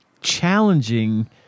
challenging